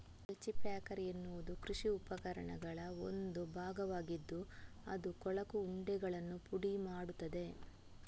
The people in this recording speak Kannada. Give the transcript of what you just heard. ಕಲ್ಟಿ ಪ್ಯಾಕರ್ ಎನ್ನುವುದು ಕೃಷಿ ಉಪಕರಣಗಳ ಒಂದು ಭಾಗವಾಗಿದ್ದು ಅದು ಕೊಳಕು ಉಂಡೆಗಳನ್ನು ಪುಡಿ ಮಾಡುತ್ತದೆ